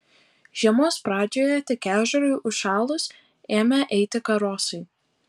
žiemos pradžioje tik ežerui užšalus ėmę eiti karosai